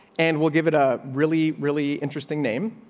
and we'll give it a really, really interesting name